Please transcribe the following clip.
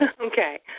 okay